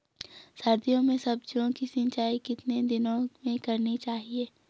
सर्दियों में सब्जियों की सिंचाई कितने दिनों में करनी चाहिए?